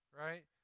right